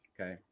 Okay